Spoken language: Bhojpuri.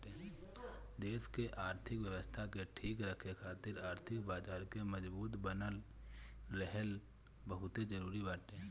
देस के आर्थिक व्यवस्था के ठीक राखे खातिर आर्थिक बाजार के मजबूत बनल रहल बहुते जरुरी बाटे